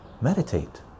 Meditate